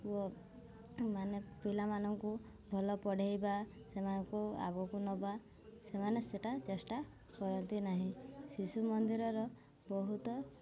ଓ ମାନେ ପିଲାମାନଙ୍କୁ ଭଲ ପଢ଼ାଇବା ସେମାନଙ୍କୁ ଆଗକୁ ନବା ସେମାନେ ସେଇଟା ଚେଷ୍ଟା କରନ୍ତି ନାହିଁ ଶିଶୁ ମନ୍ଦିରର ବହୁତ